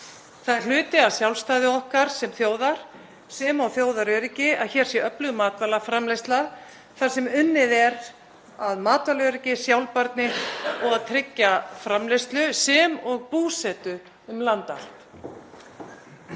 Það er hluti af sjálfstæði okkar sem þjóðar sem og þjóðaröryggi að hér sé öflug matvælaframleiðsla þar sem unnið er að matvælaöryggi, sjálfbærni og að tryggja framleiðslu sem og búsetu um land